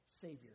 savior